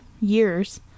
years